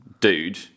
dude